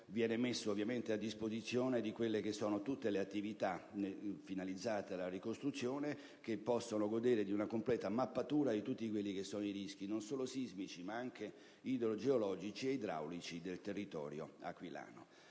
viene messo, ovviamente, a disposizione di tutte le attività finalizzate alla ricostruzione, che possono godere di una completa mappatura di tutti i rischi non solo sismici, ma anche idrogeologici e idraulici del territorio aquilano.